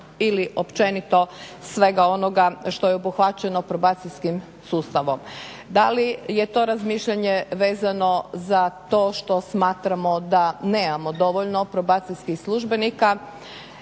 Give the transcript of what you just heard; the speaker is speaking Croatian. ili općenito svega onoga što je obuhvaćeno probacijskim sustavom. Da li je to razmišljanje vezano za to što smatramo da nemamo dovoljno probacijskih službenika,